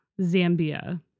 Zambia